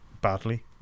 badly